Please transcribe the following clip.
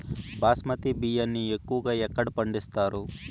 బాస్మతి బియ్యాన్ని ఎక్కువగా ఎక్కడ పండిస్తారు?